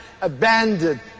abandoned